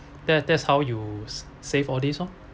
that that's how you save all this lor